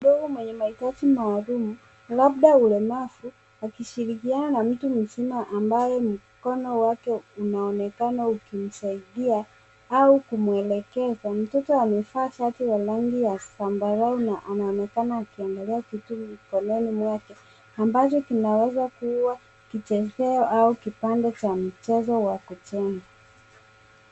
Mtoto mwenye mahitaji maalum labda ulemavu akishirikiana na mtu mzima ambaye mkono wake unaonekana ukimsaidia au kumuelekeza. Mtoto amevaa shati la rangi ya zambarau na anaonekana akiendelea kitu mikononi mwake ambacho kinaweza kuwa kichezeo au kipande cha mchezo wa kujenga.